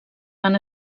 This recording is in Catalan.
van